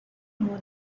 know